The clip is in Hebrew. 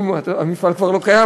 המפעל כבר לא קיים,